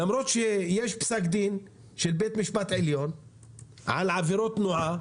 למרות שיש פסק דין של בית משפט עליון על עבירות תנועה